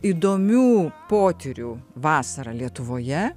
įdomių potyrių vasarą lietuvoje